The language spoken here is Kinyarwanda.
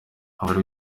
buri